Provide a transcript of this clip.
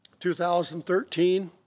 2013